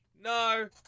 No